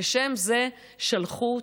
לשם זה שלחו אותנו?